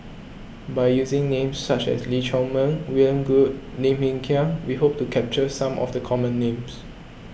by using names such as Lee Chiaw Meng William Goode Lim Hng Kiang we hope to capture some of the common names